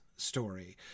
story